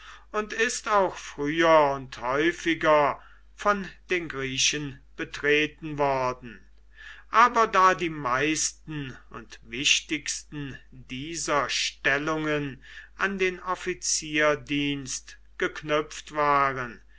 und ist auch früher und häufiger von den griechen betreten worden aber da die meisten und wichtigsten dieser stellungen an den offizierdienst geknüpft waren